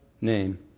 name